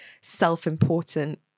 self-important